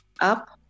up